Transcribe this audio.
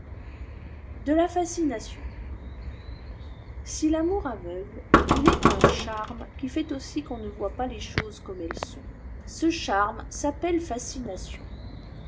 de la fascination si l'amour aveugle il est un charnïe qui fait aussi qu'on ne vois pas les choses comme elles sont ce charme s'appelle fascination